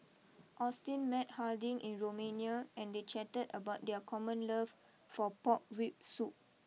Austyn met Harding in Romania and they chatted about their common love for Pork Rib Soup